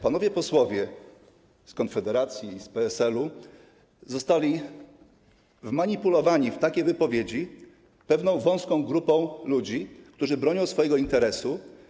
Panowie posłowie z Konfederacji i z PSL-u zostali wmanipulowani w takie wypowiedzi przez pewną wąską grupę ludzi, którzy bronią swojego interesu.